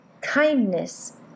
kindness